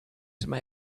some